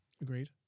Agreed